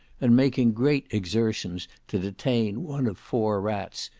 and making great exertions to detain one of four rats,